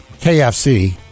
KFC